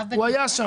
הוא היה שם.